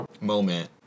moment